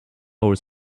our